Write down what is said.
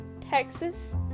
Texas